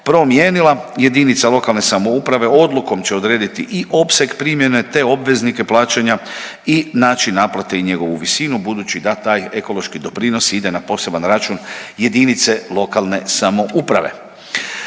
promijenila, JLS odlukom će odrediti i opseg primjene, te obveznike plaćanja i način naplate i njegovu visinu budući da taj ekološki doprinos ide na poseban račun JLS. E onda